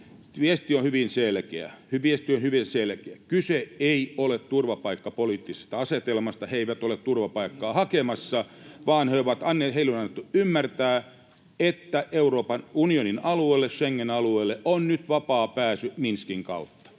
Viesti on hyvin selkeä. Kyse ei ole turvapaikkapoliittisesta asetelmasta. He eivät ole turvapaikkaa hakemassa, vaan heille on annettu ymmärtää, [Kokoomuksen ryhmästä: Hyvä!] että Euroopan unionin alueelle, Schengen-alueelle, on nyt vapaa pääsy Minskin kautta.